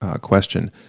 question